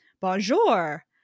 Bonjour